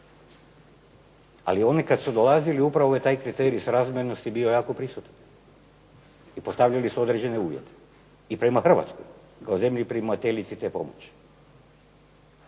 Ali oni kad su dolazili upravo je taj kriterij srazmjernosti bio jako prisutan i postavljali su određene uvjete i prema Hrvatskoj kao zemlji primateljici te pomoći.